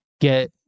get